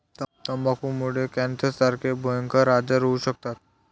तंबाखूमुळे कॅन्सरसारखे भयंकर आजार होऊ शकतात